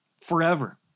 forever